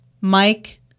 Mike